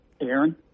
Aaron